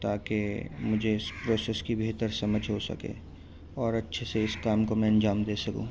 تاکہ مجھے اس پروسیس کی بہتر سمجھ ہو سکے اور اچھے سے اس کام کو میں انجام دے سکوں